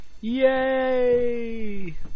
Yay